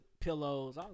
pillows